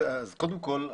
אז קודם כל,